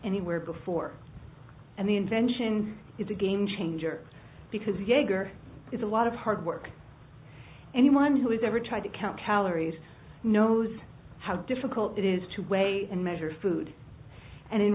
anywhere before and the invention is a game changer because younger is a lot of hard work anyone who has ever tried to count calories knows how difficult it is to weigh and measure food and in